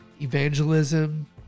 evangelism